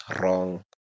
wrong